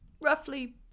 roughly